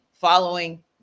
following